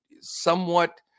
somewhat